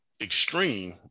extreme